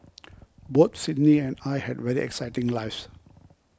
both Sydney and I had very exciting lives